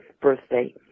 birthday